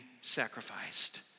sacrificed